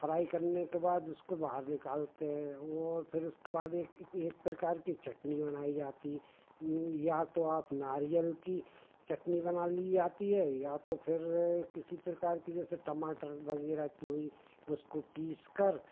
fry करने के बाद उसको बाहर निकालते हैं और फिर उसके बाद एक एक प्रकार की चटनी बनाई जाती है या तो आप नारियल की चटनी बना ली आती है या तो फिर किसी प्रकार की जैसे टमाटर वग़ैरह की हुई उसको पीस कर